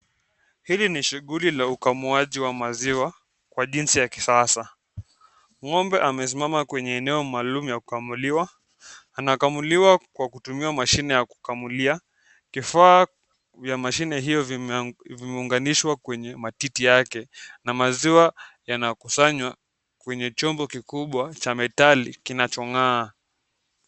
Hili ni shughuli la ukamuaji wa maziwa kwa jinsi ya kisasa. Ngo'mbe amesimama kwenye eneo maalum ya kukamuliwa anakamuliwa kwa kutumia mashine ya kukamulia. Kifaa vya mashine hiyo kimeunganishwa kwenye matiti yake na maziwa yanakusanywa kwenye chombo kubwa cha metali kinachong'aa.